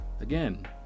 Again